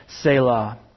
Selah